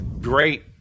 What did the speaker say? Great